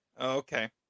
Okay